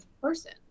person